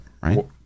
right